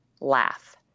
laugh